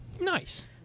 Nice